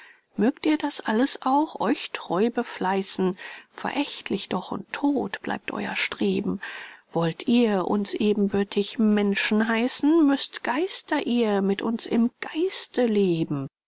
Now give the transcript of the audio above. mögt ihr das alles auch euch treu befleißen verächtlich doch und todt bleibt euer streben wollt ihr uns ebenbürtig menschen heißen müßt geister ihr mit uns im geiste leben